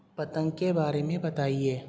پتنگ کے بارے میں بتائیے